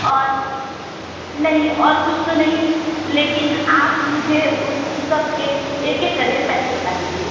और नहीं और कुछ तो नहीं लेकिन आप मुझे उस सब के एक एक करके पैसे बता दीजिए